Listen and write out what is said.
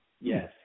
Yes